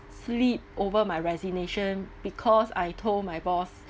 sleep over my resignation because I told my boss